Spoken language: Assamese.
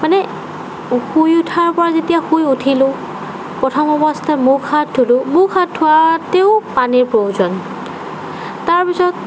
মানে শুই উঠাৰ পৰা যেতিয়া শুই উঠিলোঁ প্ৰথম অৱস্থাত মুখ হাত ধুলোঁ মুখ হাত ধোৱাতেও পানীৰ প্ৰয়োজন তাৰপিছত